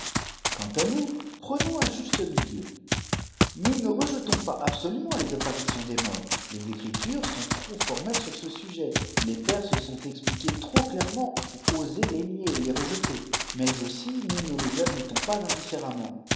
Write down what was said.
qjuaji à nous prenons un juste milieu nous ne rejetons pas absolument les apparitions des morts les ecritures sont trop fornielles sur ce sujet les pères se sont expliqués trop clairement pour oser les nier etles rejeter mais aussi nous ne les admettons pas indiléfàcemraet